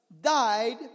died